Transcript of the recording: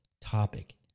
topic